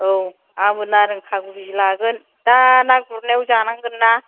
औ आंबो नारें खागुजि लागोन दा ना गुरनायाव जानांगोन ना